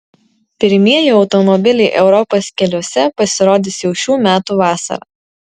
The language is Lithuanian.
pirmieji automobiliai europos keliuose pasirodys jau šių metų vasarą